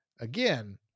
again